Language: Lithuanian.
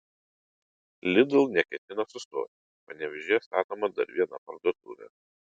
lidl neketina sustoti panevėžyje statoma dar viena parduotuvė